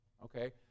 okay